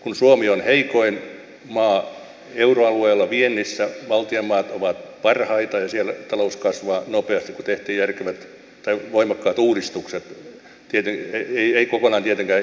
kun suomi on heikoin maa euroalueella viennissä baltian maat ovat parhaita ja siellä talous kasvaa nopeasti kun tehtiin voimakkaat uudistukset ei kokonaan tietenkään ilman ongelmia